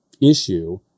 issue